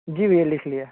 जी भैया लिख लिया